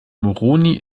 moroni